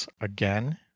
again